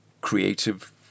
creative